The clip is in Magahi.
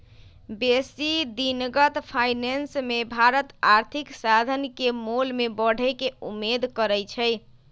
बेशी दिनगत फाइनेंस मे भारत आर्थिक साधन के मोल में बढ़े के उम्मेद करइ छइ